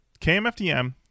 KMFDM